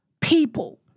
people